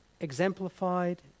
exemplified